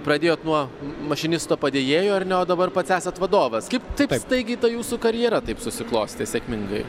pradėjot nuo mašinisto padėjėjo ar ne o dabar pats esat vadovas kaip taip staigiai ta jūsų karjera taip susiklostė sėkmingai